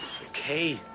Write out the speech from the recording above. Okay